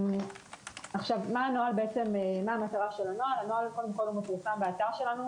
הנוהל מפורסם באתר שלנו,